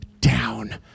down